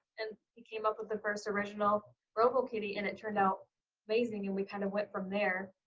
and he came up with the first original robokitty and it turned out amazing. and we kind of went from there,